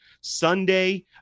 Sunday